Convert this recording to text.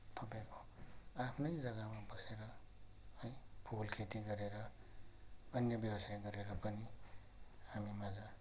तपाईँको आफ्नै जग्गामा बसेर है फुल खेती गरेर अन्य व्यवसाय गरेर पनि हामी माझ